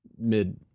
mid